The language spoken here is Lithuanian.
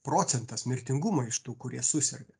procentas mirtingumo iš tų kurie suserga